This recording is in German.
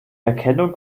erkennung